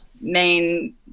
main